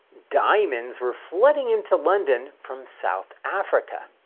diamonds were flooding into london from south africa.